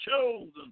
chosen